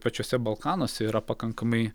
pačiuose balkanuose yra pakankamai